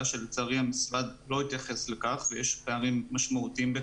שלצערי המשרד לא התייחס לכך ויש פערים משמעותיים.